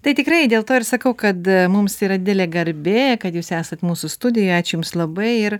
tai tikrai dėl to ir sakau kad mums yra didelė garbė kad jūs esat mūsų studijoj ačiū jums labai ir